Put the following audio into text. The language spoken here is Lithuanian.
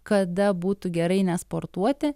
kada būtų gerai nesportuoti